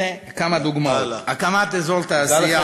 הנה כמה דוגמאות: הקמת אזור תעשייה.